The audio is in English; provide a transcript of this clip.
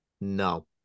no